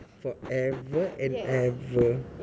forever and ever